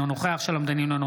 אינו נוכח שלום דנינו,